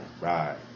right